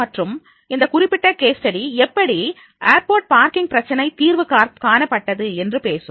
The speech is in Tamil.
மற்றும் அந்தக் குறிப்பிட்ட கேஸ் ஸ்டடி எப்படி ஏர்போர்ட் பார்க்கிங் பிரச்சனை தீர்வு காணப்பட்டது என்று பேசும்